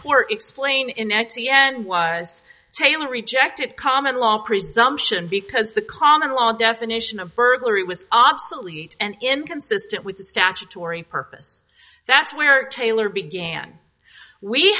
court explain in next the end was tailor rejected common law presumption because the common law definition of burglary was obsolete and inconsistent with the statutory purpose that's where taylor began we